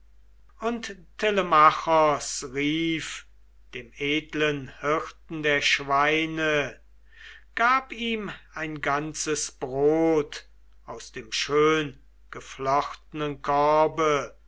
und telemachos rief dem edlen hirten der schweine gab ihm ein ganzes brot aus dem schöngeflochtenen korbe